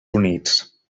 units